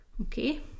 Okay